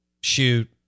shoot